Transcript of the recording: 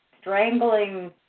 strangling